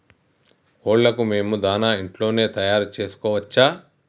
కోళ్లకు మేము దాణా ఇంట్లోనే తయారు చేసుకోవచ్చా?